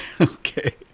okay